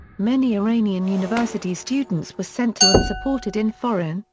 many iranian university students were sent to and supported in foreign,